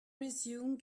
resume